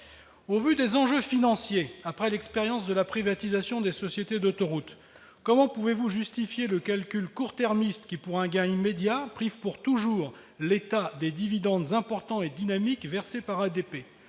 Au vu des enjeux financiers, forts de l'expérience de la privatisation des sociétés d'autoroutes, comment peut-il justifier le calcul court-termiste qui, pour un gain immédiat, prive pour toujours l'État des dividendes importants et dynamiques versés par ADP-